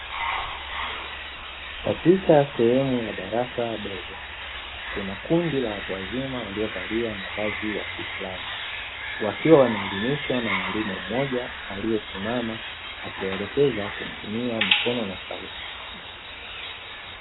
Katika sehemu ya darasa dogo kuna kundi la watu wazima waliovalia mavazi ya kiislamu, wakiwa wanaelimishwa na mwalimu mmoja aliyesimama akiwaelekeza kwa kutumia mikono na sauti.